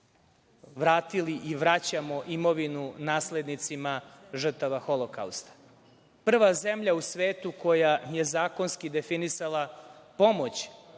vratili i vraćamo imovinu naslednicima žrtava Holokausta. Prva zemlja u svetu koja je zakonski definisala pomoć